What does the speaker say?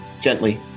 Gently